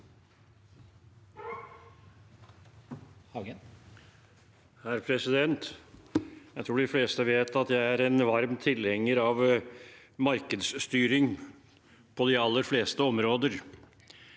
Jeg tror de fleste vet at jeg er en varm tilhenger av markedsstyring på de aller fleste områder,